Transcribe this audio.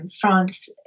France